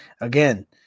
again